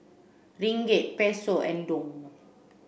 Ringgit Peso and Dong